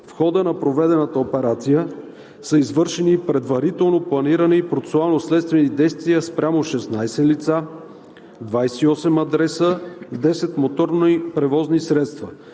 В хода на проведената операция са извършени предварително планирани процесуално-следствени действия спрямо 16 лица, 28 адреса и 10 моторни превозни средства.